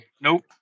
Nope